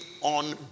on